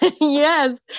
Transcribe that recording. Yes